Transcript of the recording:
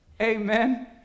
Amen